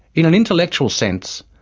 in an intellectual sense,